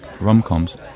rom-coms